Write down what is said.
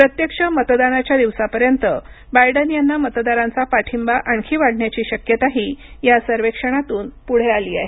प्रत्यक्ष मतदानाच्या दिवसापर्यंत बायडन यांना मतदारांचा पाठिंबा आणखी वाढण्याची शक्यताही या सर्वेक्षणातून पुढे आली आहे